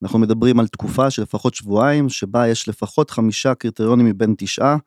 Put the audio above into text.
אנחנו מדברים על תקופה של לפחות שבועיים שבה יש לפחות חמישה קריטריונים מבין תשעה.